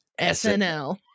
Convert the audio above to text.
SNL